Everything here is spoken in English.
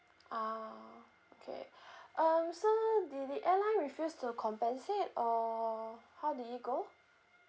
ah okay um so did the airline refuse to compensate or how did it go